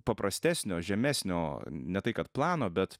paprastesnio žemesnio ne tai kad plano bet